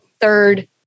third